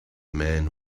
man